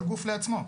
כל גוף לעצמו.